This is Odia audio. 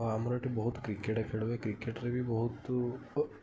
ଆଉ ଆମର ଏଠି ବହୁତ କ୍ରିକେଟ୍ ଖେଳ ହୁଏ କ୍ରିକେଟ୍ରେ ବି ବହୁତୁ